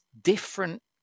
different